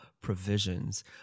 provisions